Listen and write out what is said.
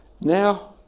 Now